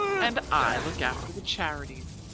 and i look after the charities.